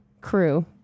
crew